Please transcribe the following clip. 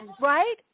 right